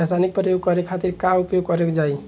रसायनिक प्रयोग करे खातिर का उपयोग कईल जाइ?